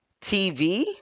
tv